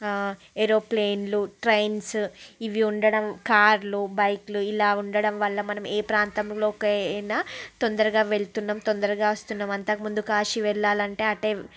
ఏరోప్లేన్లు trains ఇవి ఉండడం కార్లు బైక్లు ఇలా ఉండడం వల్ల మనం ఏ ప్రాంతంలోకి అయినా తొందరగా వెళ్తున్నాం తొందరగా వస్తున్నాం అంతకముందు కాశీ వెళ్ళాలి అంటే అటే